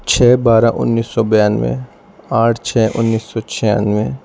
چھ بارہ انیس بانوے آٹھ چھ انیس سو چھیانوے